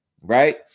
right